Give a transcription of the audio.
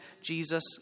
Jesus